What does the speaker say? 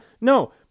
No